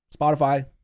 Spotify